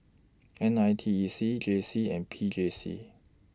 N I T E C J C and P J C